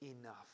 enough